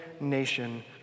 nation